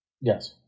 Yes